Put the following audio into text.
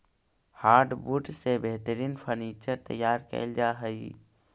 hardwood से बेहतरीन furniture तैयार कैल जा हइ